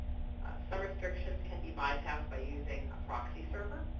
some restrictions can be bypassed by using a proxy server,